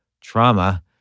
trauma